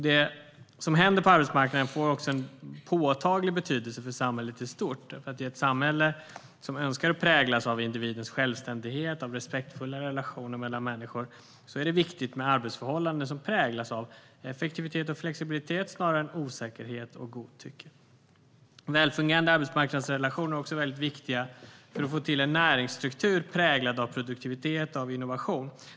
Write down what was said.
Det som händer på arbetsmarknaden får också en påtaglig betydelse för samhället i stort. I ett samhälle som önskar präglas av individens självständighet och av respektfulla relationer mellan människor är det viktigt med arbetsförhållanden som präglas av effektivitet och flexibilitet snarare än osäkerhet och godtycke. Välfungerande arbetsmarknadsrelationer är också väldigt viktiga för att få till en näringsstruktur präglad av produktivitet och innovation.